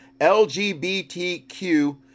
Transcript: LGBTQ